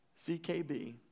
CKB